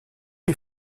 est